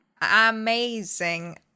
Amazing